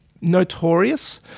notorious